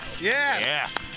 Yes